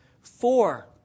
Four